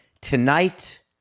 Tonight